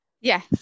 Yes